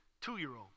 two-year-old